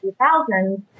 2000s